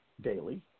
daily